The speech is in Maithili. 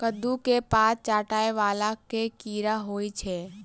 कद्दू केँ पात चाटय वला केँ कीड़ा होइ छै?